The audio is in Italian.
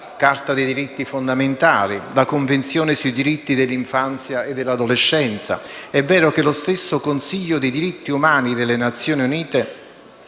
(Carta dei diritti fondamentali, Convenzione sui diritti dell'infanzia e dell'adolescenza), ma è anche vero che lo stesso Consiglio dei diritti umani delle Nazioni Unite